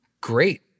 great